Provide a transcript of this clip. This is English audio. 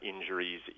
injuries